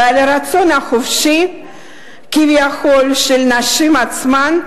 ועל הרצון החופשי כביכול של הנשים עצמן,